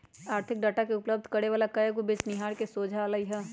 आर्थिक डाटा उपलब्ध करे वला कएगो बेचनिहार से सोझा अलई ह